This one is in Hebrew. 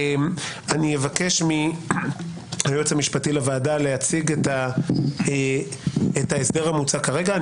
אני אבקש מהיועץ המשפטי לוועדה להציג את ההסדר המוצע כרגע.